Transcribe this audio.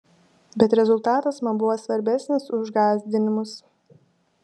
bet rezultatas man buvo svarbesnis už gąsdinimus